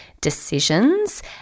decisions